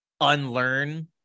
unlearn